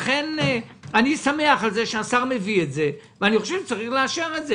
לכן אני שמח שהשר מביא את זה ואני חושב שצריך לאשר את זה.